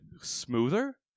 smoother